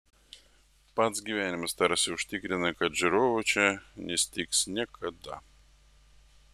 pats gyvenimas tarsi užtikrina kad žiūrovų čia nestigs niekada